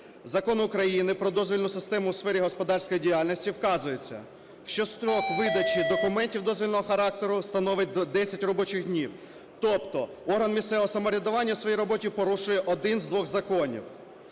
Закону України "Про дозвільну систему у сфері господарської діяльності" вказується, що строк видачі документів дозвільного характеру становить 10 робочих днів. Тобто орган місцевого самоврядування у своїй роботі порушує один з двох законів.